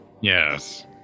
Yes